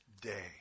day